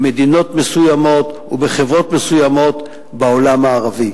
במדינות מסוימות ובחברות מסוימות בעולם הערבי.